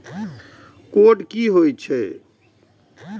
Code की होय छै?